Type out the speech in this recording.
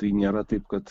tai nėra taip kad